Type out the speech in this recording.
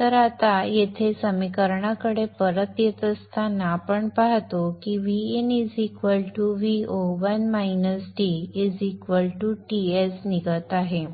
तर आता येथे समीकरणाकडे परत येत असताना आपण पाहतो की Vin Vo बरोबर Ts निघत आहे